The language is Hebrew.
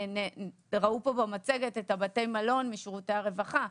וראו פה במצגת את בתי המלון משירותי הרווחה,